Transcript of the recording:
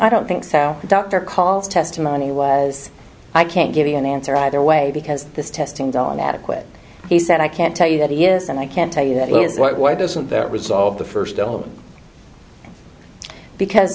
i don't think so the doctor calls testimony was i can't give you an answer either way because this testing done adequate he said i can't tell you that he is and i can't tell you that is why doesn't the result of the first go because